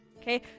Okay